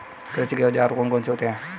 कृषि के औजार कौन कौन से होते हैं?